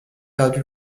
perdu